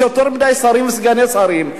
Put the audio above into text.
יש יותר מדי שרים וסגני שרים,